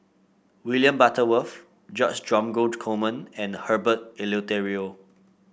William Butterworth George Dromgold Coleman and Herbert Eleuterio